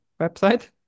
website